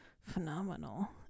phenomenal